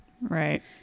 Right